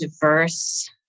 diverse